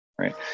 right